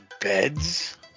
beds